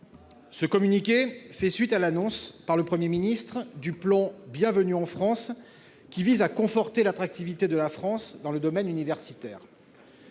Ce communiqué fait suite à l'annonce, par le Premier ministre, du plan Bienvenue en France, qui vise à conforter l'attractivité de la France dans le domaine universitaire.